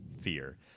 fear